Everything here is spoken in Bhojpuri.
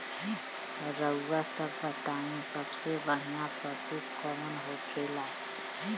रउआ सभ बताई सबसे बढ़ियां पशु कवन होखेला?